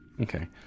Okay